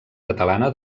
catalana